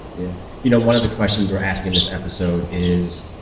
yeah. you know, one of the questions we're asking this episode is,